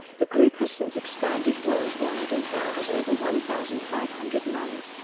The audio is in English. the group has since expanded worldwide and now has over one thousand five hundred nuns,